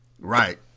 Right